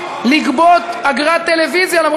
רטרואקטיבית לגבות אגרת טלוויזיה אף